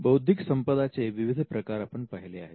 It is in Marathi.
बौद्धिक संपदा चे विविध प्रकार आपण पाहिले आहेत